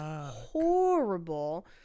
horrible